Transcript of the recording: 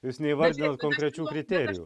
jūs neįvardinot konkrečių kriterijų